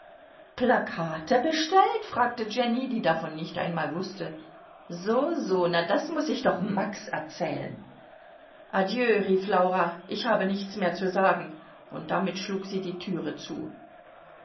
plakate bestellt fragte jenny die davon nicht einmal wußte so so na das muß ich doch max erzählen adieu rief laura ich habe nichts mehr zu sagen und damit schlug sie die türe zu